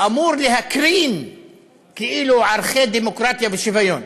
אמור להקרין כאילו ערכי דמוקרטיה ושוויון.